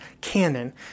canon